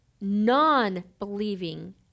non-believing